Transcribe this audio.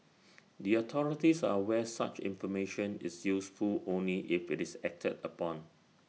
the authorities are aware such information is useful only if IT is acted upon